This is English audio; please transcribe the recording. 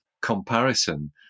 comparison